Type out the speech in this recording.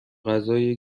غذای